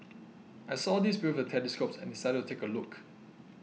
I saw these people with the telescopes and decided to take a look